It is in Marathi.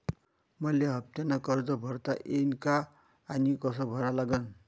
मले हफ्त्यानं कर्ज भरता येईन का आनी कस भरा लागन?